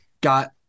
got